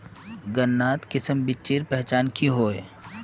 गन्नात किसम बिच्चिर पहचान की होय?